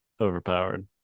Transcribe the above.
overpowered